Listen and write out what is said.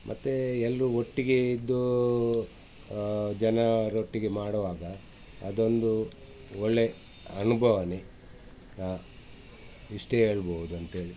ಮತ್ತು ಎಲ್ರೂ ಒಟ್ಟಿಗೆ ಇದ್ದು ಜನರೊಟ್ಟಿಗೆ ಮಾಡುವಾಗ ಅದೊಂದು ಒಳ್ಳೆಯ ಅನುಭವನೇ ಇಷ್ಟೇ ಹೇಳ್ಬೌದಂತೇಳಿ